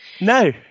no